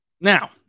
Now